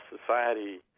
society